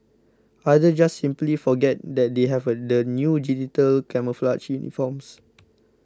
others just simply forget that they have the new digital camouflage uniforms